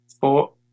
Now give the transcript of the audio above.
four